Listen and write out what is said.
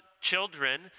children